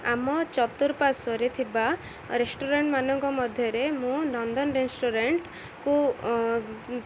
ଆମ ଚତୁଃପାର୍ଶ୍ୱରେ ଥିବା ରେଷ୍ଟୁରାଣ୍ଟ୍ ମାନଙ୍କ ମଧ୍ୟରେ ମୁଁ ନନ୍ଦନ ରେଷ୍ଟୁରାଣ୍ଟକୁ